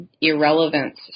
irrelevance